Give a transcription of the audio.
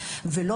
לבד.